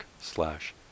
slash